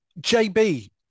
JB